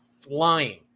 flying